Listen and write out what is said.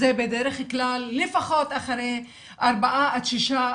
זה בדרך כלל לפחות אחרי ארבעה עד שישה חודשים,